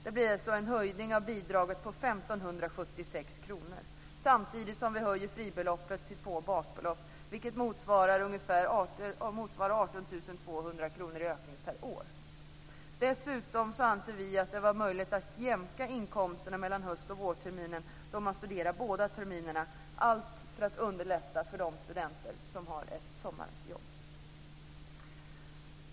Det blir alltså en höjning av bidraget på 1 576 kr, samtidigt som vi höjer fribeloppet till två basbelopp, vilket motsvarar 18 200 kr ökning per år. Dessutom anser vi att det ska vara möjligt att jämka inkomsterna mellan höst och vårterminerna när man studerar båda terminerna - allt för att underlätta för de studenter som har ett sommarjobb.